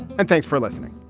and thanks for listening